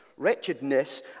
wretchedness